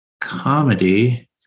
comedy